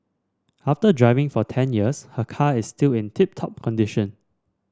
after driving for ten years her car is still in tip top condition